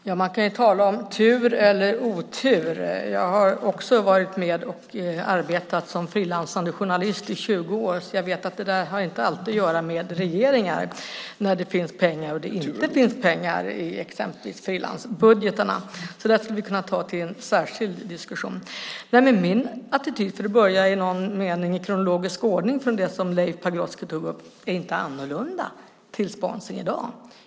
Fru talman! Man kan tala om tur eller otur. Jag har också varit med och arbetat som frilansande journalist i 20 år, så jag vet att det där inte alltid har att göra med regeringar, när det finns pengar och när det inte finns pengar i exempelvis frilansbudgetarna. Det där skulle vi kunna ta i en särskild diskussion. Min attityd, för att börja i någon mening i kronologisk ordning utifrån det som Leif Pagrotsky tog upp, är inte annorlunda till sponsring i dag.